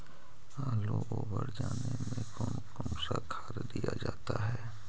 आलू ओवर जाने में कौन कौन सा खाद दिया जाता है?